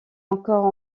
encore